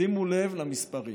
שימו לב למספרים: